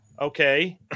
okay